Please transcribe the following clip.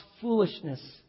foolishness